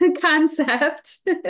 concept